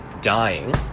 dying